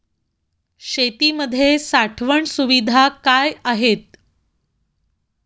शेतीमध्ये साठवण सुविधा काय आहेत?